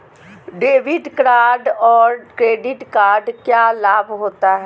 Debit card और credit card क्या लाभ होता है?